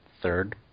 third